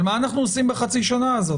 אבל מה אנחנו עושים בחצי השנה הזאת?